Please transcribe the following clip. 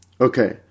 Okay